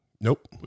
Nope